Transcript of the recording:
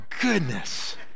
goodness